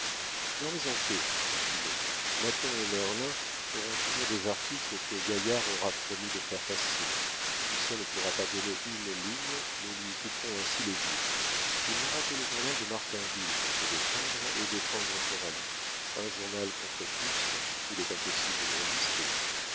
dormez en paix dit finot nathan et merlin auront toujours des articles que gaillard aura promis de faire passer lucien ne pourra pas donner une ligne nous lui couperons ainsi les vivres il n'aura que le journal de martinville pour se défendre et défendre coralie un journal contre tous il est impossible de résister